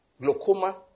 Glaucoma